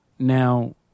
Now